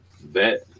bet